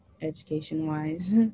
Education-wise